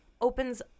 opens